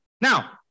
Now